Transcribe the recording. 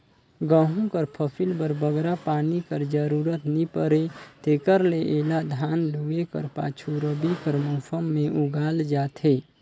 गहूँ कर फसिल बर बगरा पानी कर जरूरत नी परे तेकर ले एला धान लूए कर पाछू रबी कर मउसम में उगाल जाथे